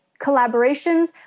collaborations